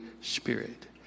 Spirit